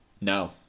no